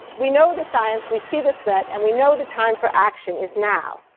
we know the science, we see the threat and we know the time for action is now.